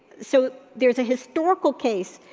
so, there's a historical case,